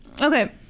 Okay